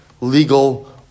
legal